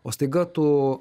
o staiga tu